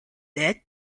that